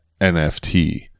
NFT